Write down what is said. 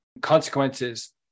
consequences